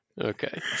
Okay